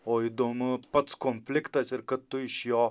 o įdomu pats konfliktas ir kad tu iš jo